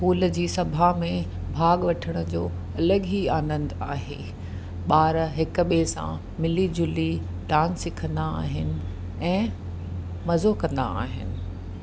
school जी सभा में भाग वठण जो अलॻि ई आनंदु आहे ॿार हिक ॿिए सां मिली जुली डांस सिखंदा आहिनि ऐं मज़ो कंदा आहिनि